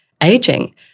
aging